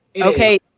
Okay